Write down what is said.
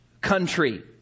country